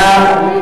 מים,